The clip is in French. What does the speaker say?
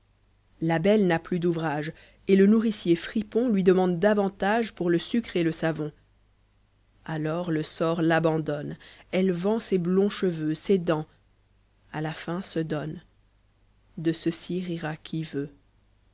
belle n'a plus d'ouvrage et le nourricier fripon lui demande davantage pour le sucre et le savon alors le sort l'abandonne elle vend ses blonds cheveux ses dents à la fin se donne de ceci rira qui veut